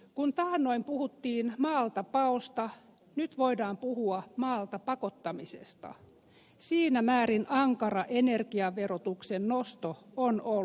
kun taannoin puhuttiin maaltapaosta nyt voidaan puhua maalta pakottamisesta siinä määrin ankara energiaverotuksen nosto on ollut